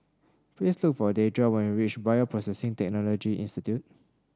please look for Deidra when you reach Bioprocessing Technology Institute